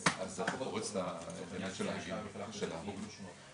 שעות, שעות של המתנה.